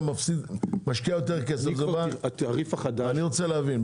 אני רוצה להבין.